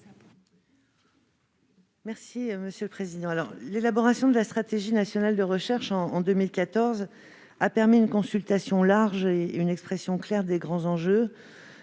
est à Mme la ministre. L'élaboration de la stratégie nationale de recherche en 2014 a permis une consultation large et une expression claire des grands enjeux,